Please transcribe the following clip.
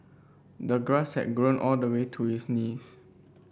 the grass had grown all the way to his knees